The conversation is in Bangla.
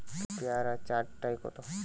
পেয়ারা চার টায় কত?